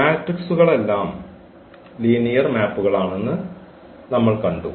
മാട്രിക്സുകളെല്ലാം linear മാപ്പുകളാണെന്ന് നമ്മൾ കണ്ടു